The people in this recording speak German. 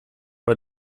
bei